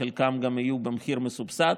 שחלקן גם תהיינה במחיר מסובסד.